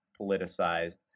politicized